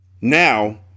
Now